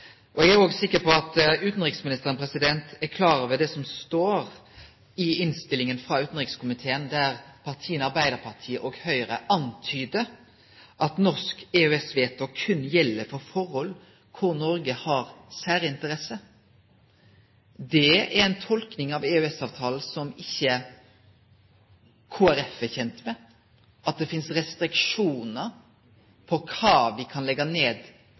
EØS-avtalen. Eg er òg sikker på at utanriksministeren er klar over det som står i innstillinga frå utanrikskomiteen, der Arbeidarpartiet og Høgre antydar at norsk EØS-veto berre gjeld for forhold der Noreg har særinteresse. Det er ei tolking av EØS-avtalen som ikkje Kristeleg Folkeparti er kjent med, at det finst restriksjonar på kva vi kan leggje ned